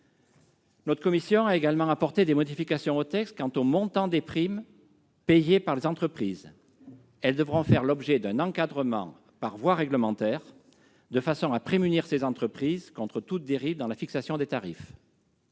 notre commission a apporté des modifications au texte en ce qui concerne le montant des primes payées par les entreprises. Elles devront faire l'objet d'un encadrement par voie réglementaire de façon à prémunir les entreprises contre toute dérive dans la fixation des tarifs.